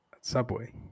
Subway